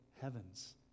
heavens